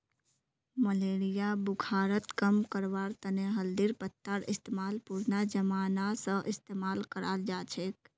malaria बुखारक कम करवार तने हल्दीर पत्तार इस्तेमाल पुरना जमाना स इस्तेमाल कराल जाछेक